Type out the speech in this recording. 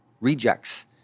rejects